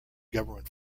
government